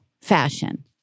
fashion